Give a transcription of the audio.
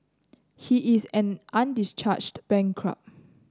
he is an undischarged bankrupt